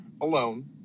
alone